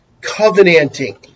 covenanting